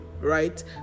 right